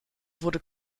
wurde